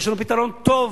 יש לנו פתרון טוב